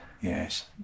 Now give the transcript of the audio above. Yes